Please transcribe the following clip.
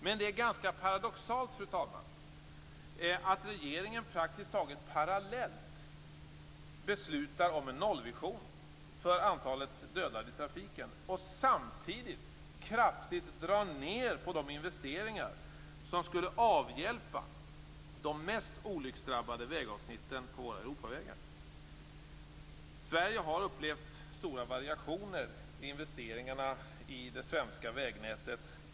Men det är ganska paradoxalt, fru talman, att regeringen praktiskt taget parallellt beslutar om en nollvision för antalet dödade i trafiken och samtidigt kraftigt drar ned på de investeringar som skulle avhjälpa de mest olycksdrabbade vägavsnitten på våra Sverige har upplevt stora variationer i investeringarna i det svenska vägnätet.